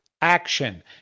action